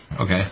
okay